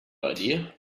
idea